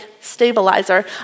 stabilizer